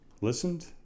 listened